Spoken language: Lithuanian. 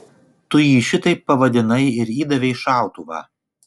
tu jį šitaip pavadinai ir įdavei šautuvą